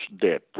debt